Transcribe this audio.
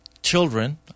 Children